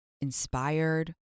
inspired